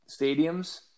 stadiums